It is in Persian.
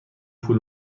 پول